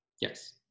Yes